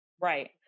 Right